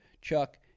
Chuck